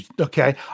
Okay